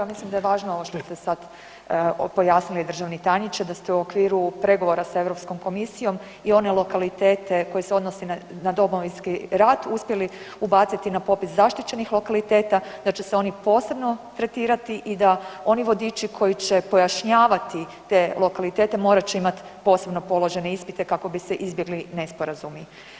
Mislim da je važno ovo što ste sad pojasnili državni tajniče da ste u okviru pregovora sa Europskom komisijom i one lokalitete koji se odnosi na Domovinski rat uspjeli ubaciti na popis zaštićenih lokaliteta, da će se oni posebno tretirati i da oni vodiči koji će pojašnjavati te lokalitete morat će imat posebno položene ispite kako bi se izbjegli nesporazumi.